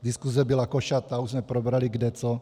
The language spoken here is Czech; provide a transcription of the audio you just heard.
Diskuse byla košatá, už jsme probrali kde co.